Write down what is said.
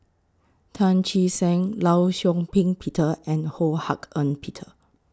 Tan Che Sang law Shau Ping Peter and Ho Hak Ean Peter